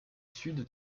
sud